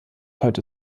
heute